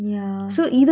yeah